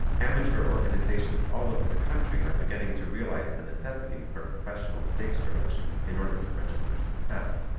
amateur organizations all over the country are beginning to realize the necessity for professional stage direction in order to register success,